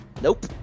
Nope